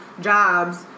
jobs